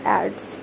ads